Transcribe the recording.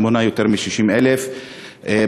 שמונה יותר מ-60,000 איש,